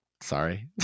Sorry